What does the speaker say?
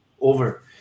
over